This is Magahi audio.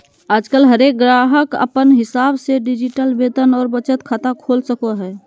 आजकल हरेक गाहक अपन हिसाब से डिजिटल वेतन और बचत खाता खोल सको हय